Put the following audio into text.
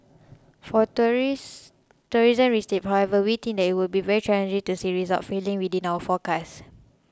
for tourism receipts however we think it would be very challenging to see results falling within our forecast